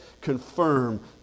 confirm